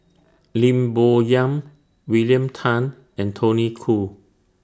Lim Bo Yam William Tan and Tony Khoo